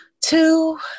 two